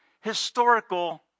historical